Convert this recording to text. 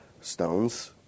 stones